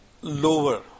lower